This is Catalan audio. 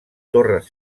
torres